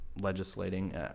Legislating